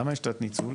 למה יש תת ניצול?